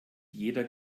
jeder